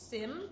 Sim